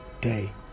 day